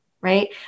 Right